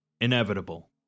Inevitable